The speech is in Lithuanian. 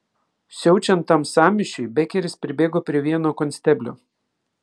siaučiant tam sąmyšiui bekeris pribėgo prie vieno konsteblio